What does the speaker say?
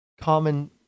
common